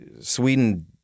Sweden